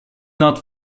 not